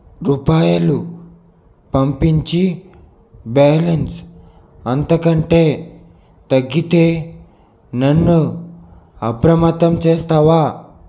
రూపాయలు పంపించి బ్యాలన్స్ అంతకంటే తగ్గితే నన్ను అప్రమత్తం చేస్తావా